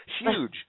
huge